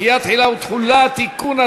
דחיית תחילה ותחולה) (תיקון),